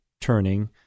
turning